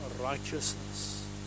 righteousness